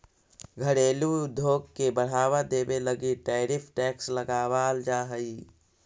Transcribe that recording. घरेलू उद्योग के बढ़ावा देवे लगी टैरिफ टैक्स लगावाल जा हई